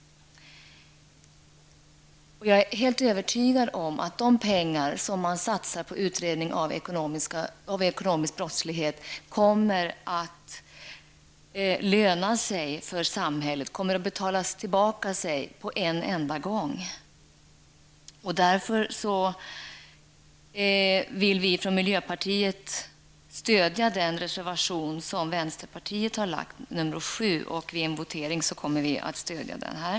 Jag är helt övertygad om att de pengar som man satsar på utredning av ekonomisk brottslighet kommer att betala tillbaka sig på en enda gång. Därför vill vi från miljöpartiet stödja den reservation som vänsterpartiet har lagt -- nr 7. Vid en votering kommer vi att stödja den.